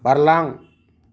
बारलां